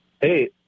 Hey